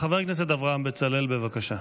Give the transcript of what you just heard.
חבר הכנסת אברהם בצלאל, בבקשה,